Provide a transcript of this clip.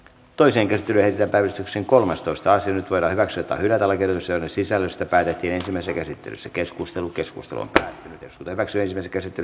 toisen kertyneet ällistyksen kolmastoista ensin koira hyväksy tähyävällekin sen sisällöstä päätettiin sillä se käsittelisi keskustelu keskustelu asian käsittely päättyi